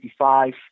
1955